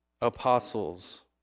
Apostles